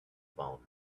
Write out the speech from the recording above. phone